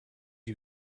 you